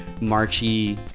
marchy